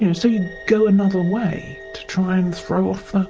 you know so you go another way to try and throw off,